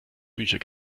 bücher